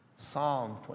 Psalm